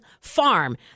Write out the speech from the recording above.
Farm